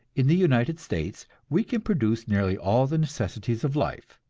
in the united states we can produce nearly all the necessities of life,